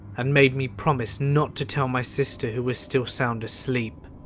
and made me promise not to tell my sister, who was still sound asleep.